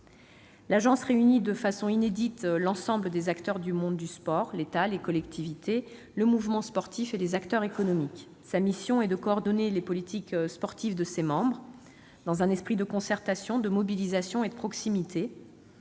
L'Agence réunit, de façon inédite, l'ensemble des acteurs du monde du sport : l'État, les collectivités territoriales, le mouvement sportif et les acteurs économiques. Sa mission est de coordonner les politiques sportives de ses membres, dans un esprit de concertation, de mobilisation et de proximité.